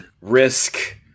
Risk